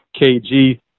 KG